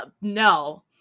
no